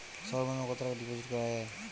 সর্ব নিম্ন কতটাকা ডিপোজিট করা য়ায়?